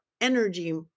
energy